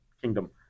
kingdom